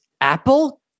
Apple